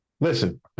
Listen